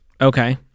Okay